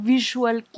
Visual